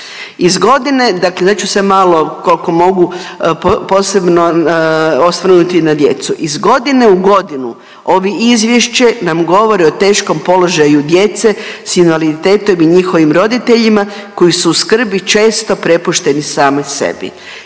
iz godine u godinu ovi izvješće nam govore o teškom položaju djece s invaliditetom i njihovim roditeljima koji su u skrbi često prepušteni sami sebi.